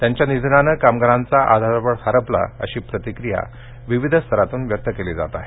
त्यांच्या निधनानं कामगारांचा आधारवड हरपला अशी प्रतिक्रिया विविध स्तरातून व्यक्त केली जात आहे